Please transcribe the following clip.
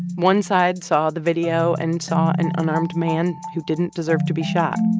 one side saw the video and saw an unarmed man who didn't deserve to be shot.